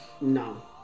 no